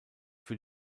für